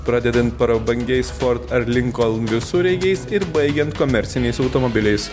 pradedant prabangiais fort ar linkoln visureigiais ir baigiant komerciniais automobiliais